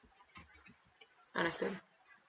I see